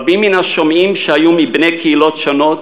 רבים מן השומעים, שהיו מבני קהילות שונות,